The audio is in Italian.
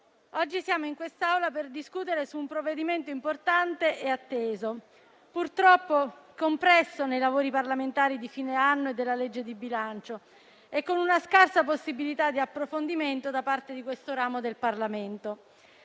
oggi siamo in quest'Aula per discutere un provvedimento importante e atteso, purtroppo compresso nei lavori parlamentari di fine anno e della legge di bilancio e con una scarsa possibilità di approfondimento da parte di questo ramo del Parlamento.